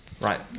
Right